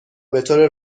بطور